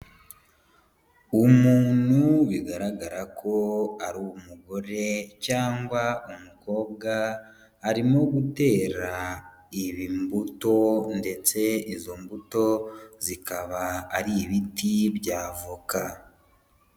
Umuntu bigaragara ko ari umugore cyangwa umukobwa, arimo gutera imbuto ndetse izo mbuto zikaba ari ibiti bya voka.